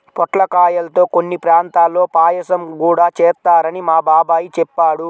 పొట్లకాయల్తో కొన్ని ప్రాంతాల్లో పాయసం గూడా చేత్తారని మా బాబాయ్ చెప్పాడు